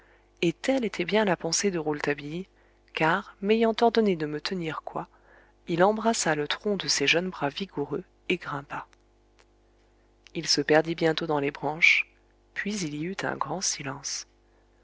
telle était bien la pensée de rouletabille car m'ayant ordonné de me tenir coi il embrassa le tronc de ses jeunes bras vigoureux et grimpa il se perdit bientôt dans les branches puis il y eut un grand silence